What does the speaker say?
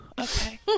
okay